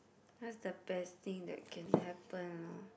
what's the best thing that can happen ah